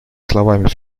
словами